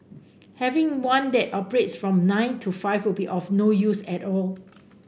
having one that operates from nine to five will be of no use at all